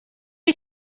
iyo